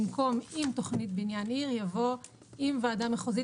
במקום "עם תכנית בניין עיר" יבוא "עם ועדה מחוזית